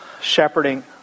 shepherding